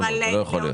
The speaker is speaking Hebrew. זה לא יכול להיות.